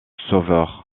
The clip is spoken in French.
sauveur